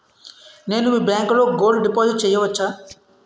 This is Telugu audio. నేను మీ బ్యాంకులో గోల్డ్ డిపాజిట్ చేయవచ్చా?